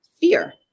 fear